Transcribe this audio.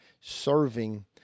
serving